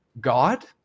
God